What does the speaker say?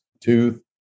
tooth